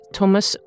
Thomas